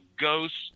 ghosts